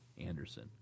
Anderson